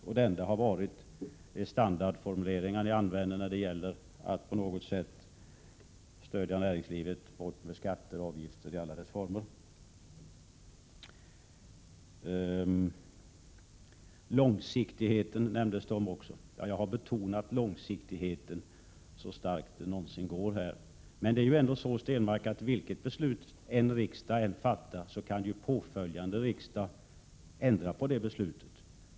Ni har bara kommit med standardformuleringar när det gäller att på något sätt stödja näringslivet. Det har gällt att få bort alla slags skatter och avgifter. Långsiktigheten togs upp. Jag har betonat långsiktigheten så starkt som det någonsin är möjligt. Men, Per Stenmarck, vilket beslut riksdagen än fattar kan ju påföljande riksdag ändra på beslutet.